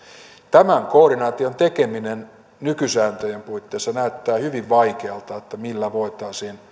tämän koordinaation tekeminen nykysääntöjen puitteissa näyttää hyvin vaikealta että millä voitaisiin